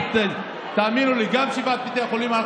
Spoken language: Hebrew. תענה על בתי החולים.